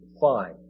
Fine